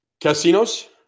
Casinos